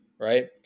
right